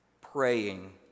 praying